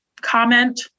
comment